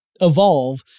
evolve